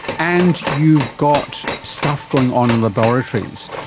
and you've got stuff going on in laboratories.